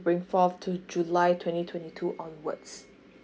bring forth to july twenty twenty two onwards